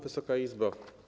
Wysoka Izbo!